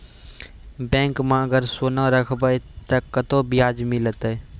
Bank माई अगर सोना राखबै ते कतो ब्याज मिलाते?